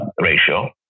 ratio